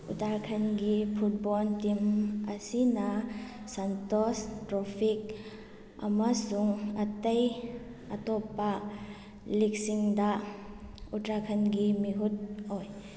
ꯎꯇꯥꯔꯈꯟꯒꯤ football team ꯑꯁꯤꯅ Santosh trophy ꯑꯃꯁꯨꯡ ꯑꯇꯩ ꯑꯇꯣꯞꯄ ꯂꯤꯛꯁꯤꯡꯗ ꯎꯇꯥꯔꯈꯟꯒꯤ ꯃꯤꯍꯨꯠ ꯑꯣꯏ